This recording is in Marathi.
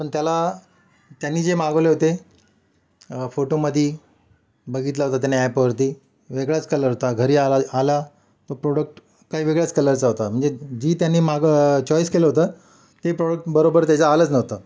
पण त्याला त्यांनी जे मागवले होते फोटोमध्ये बघितला होता त्याने ॲपवरती वेगळाच कलर होता घरी आला आला तो प्रोडक्ट काही वेगळ्याच कलरचा होता म्हणजे जी त्याने माग चॉईस केलं होतं ते प्रोडक्ट बरोबर त्याचं आलंच नव्हतं